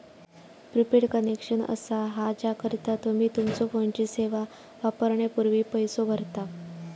prepaid connection असा हा ज्याकरता तुम्ही तुमच्यो फोनची सेवा वापरण्यापूर्वी पैसो भरता